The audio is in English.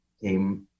came